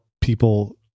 people